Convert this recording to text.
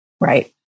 Right